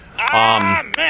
Amen